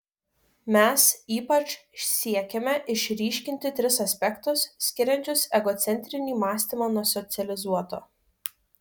mes ypač siekėme išryškinti tris aspektus skiriančius egocentrinį mąstymą nuo socializuoto